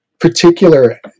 particular